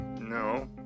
no